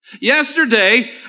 Yesterday